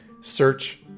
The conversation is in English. Search